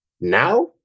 now